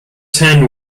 ten